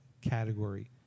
category